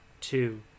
two